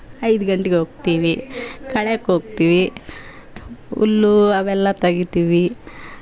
ಐದು ಗಂಟೆಗ್ ಹೋಗ್ತೀವಿ ಕಳೇಗೆ ಹೋಗ್ತೀವಿ ಹುಲ್ಲು ಅವೆಲ್ಲ ತೆಗಿತೀವಿ